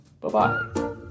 Bye-bye